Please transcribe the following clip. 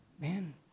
man